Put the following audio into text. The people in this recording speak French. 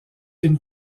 une